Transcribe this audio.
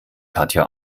katja